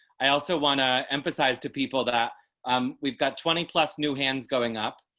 i also want to emphasize to people that um we've got twenty plus new hands going up.